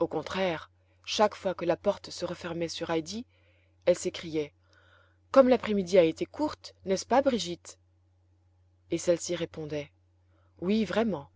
au contraire chaque fois que la porte se refermait sur heidi elle s'écriait comme l'après-midi a été courte n'est-ce pas brigitte et celle-ci répondait oui vraiment